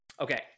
Okay